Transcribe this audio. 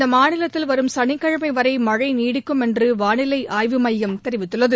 இந்த மாநிலத்தில் வரும் சனிக்கிழமை வரை மழை நீடிக்கும் என்று வானிலை ஆய்வு மையம் தெரிவித்துள்ளது